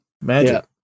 magic